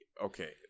okay